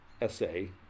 essay